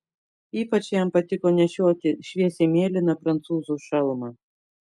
ypač jam patiko nešioti šviesiai mėlyną prancūzų šalmą